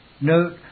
Note